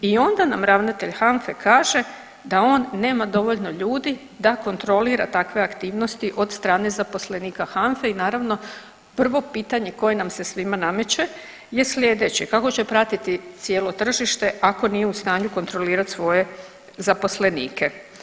I onda nam ravnatelj HANFA-e kaže da on nema dovoljno ljudi da kontrolira takve aktivnosti od strane zaposlenika HANFA-e i naravno prvo pitanje koje nam se svima nameće je sljedeće kako će pratiti cijelo tržište ako nije u stanju kontrolirati svoje zaposlenike.